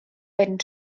fynd